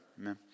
Amen